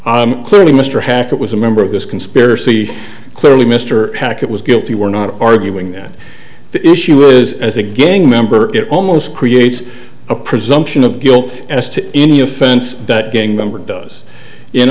clearly mr hackett was a member of this conspiracy clearly mr hackett was guilty we're not arguing that the issue is as a gay member it almost creates a presumption of guilt as to any offense that gang member does and